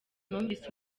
numvise